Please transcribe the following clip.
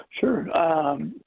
Sure